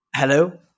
Hello